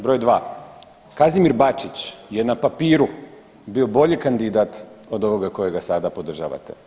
Broj dva, Kazimir Bačić je na papiru bio bolji kandidat od ovoga kojega sada podržavate.